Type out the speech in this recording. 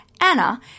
Anna